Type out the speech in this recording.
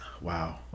Wow